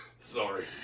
Sorry